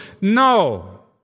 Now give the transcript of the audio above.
No